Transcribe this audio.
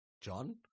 John